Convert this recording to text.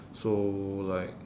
so like